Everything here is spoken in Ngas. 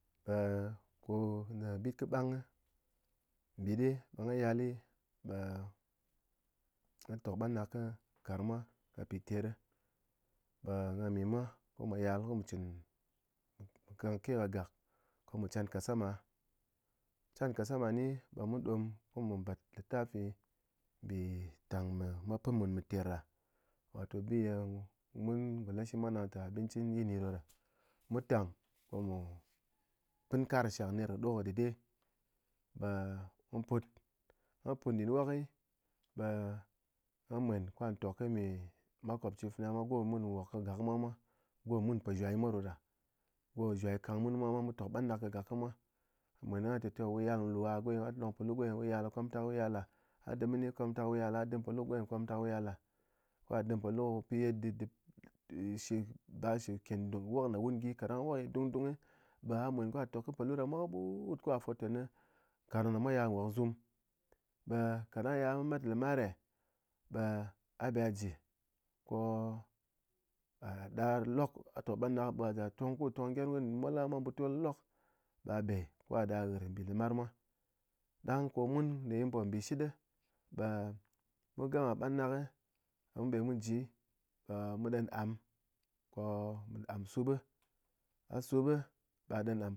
ko bit kɨ ɓang nɓit ɓe gha yal ɓe gha tok ɓangɗak nkarng mwa kɨ piter ɓe gha mi mwa ko mwa yal ko mu chin kangke kɨgak ko mu chankasama, chankasama nyi ɓe mu ɗóm ko mu bad littafi mpitang mé mwa pɨn mun mé ter ɗa, wato biye mun golashi mwa nang té abincin yini ɗoɗa, mu tang ko mu pɨn kar shak ner kɨ ɗoh kɨ dɨde, ɓe mu put mu put ndɨn wokɨ ɓe gha mwen ko a tók me makwapci fana mwa go mun wok ka gak kɨ mwa mwá go mun po zwai mwa ɗóda go zwai kang mun mwa mu tok ɓang ɗak kɨ mwa, mwen ghan té toh wu yal lugha gonyi wuyala, wuyala komtak wuyala, a dɨm mɨnyi komtak wuyala a dɨm polu gonyi komtak wuyala, ko gha dɨm polu piye bar shi kén wok wun gyi kaɗang wok nyi dungdung ɓe gha mwen ko gha tok polu da mwa kɨ ɓut ko gha fot tɨné nkarng ɗa mwa yal nwok zum, ɓe kaɗang ya met lamar eh ɓe a be a ji ko a ɗar lok a tok ɓangɗak be gha ji gha tong ku tong gyérm mol gha mwa potol lok ba be ko gha da ghɨr mbi lɨmar mwa. Dang ko mun neye mun po nbɨshit ɓe mu gama ɓangɗak ɓemu be muji, ɓe mu ɗen am ko am sup, ko a sup ɓe a ɗen am